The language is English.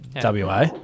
WA